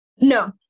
No